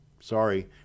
sorry